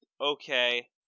okay